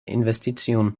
investitionen